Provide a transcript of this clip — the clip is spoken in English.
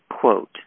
Quote